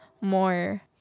more